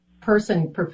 person